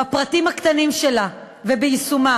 בפרטים הקטנים שלה וביישומה.